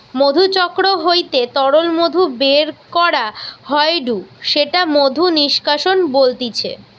মধুচক্র হইতে তরল মধু বের করা হয়ঢু সেটা মধু নিষ্কাশন বলতিছে